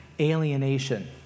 alienation